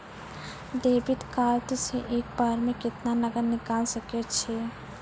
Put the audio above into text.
Debit card से एक बार मे केतना नगद निकाल सके छी?